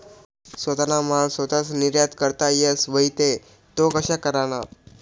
सोताना माल सोताच निर्यात करता येस व्हई ते तो कशा कराना?